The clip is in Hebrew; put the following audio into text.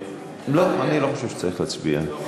לא, אני לא חושב שצריך להצביע.